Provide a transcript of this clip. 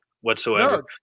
whatsoever